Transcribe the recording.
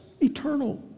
eternal